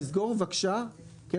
כן,